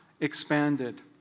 expanded